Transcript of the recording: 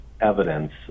evidence